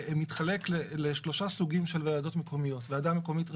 מתחלק לשלושה סוגים של ועדות מקומיות: ועדה מקומית רגילה,